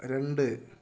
രണ്ട്